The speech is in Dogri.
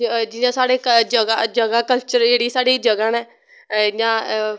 जियां साढ़े जगां कल्चर जेह्ड़ी साढ़ी जगां नै इयां